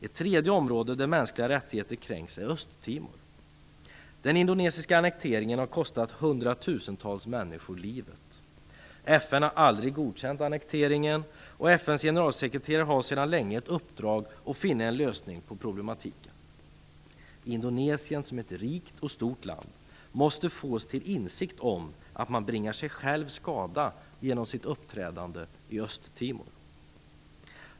Ett tredje område där mänskliga rättigheter kränks är Östtimor. Den indonesiska annekteringen har kostat hundratusentals människor livet. FN har aldrig godkänt annekteringen, och FN:s generalsekreterare har sedan länge ett uppdrag som går ut på att finna en lösning på problematiken. Indonesien, som är ett rikt och stort land, måste fås till insikt om att man bringar sig själv skada genom sitt uppträdande i Östtimor.